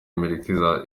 amerika